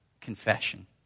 confession